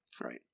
Right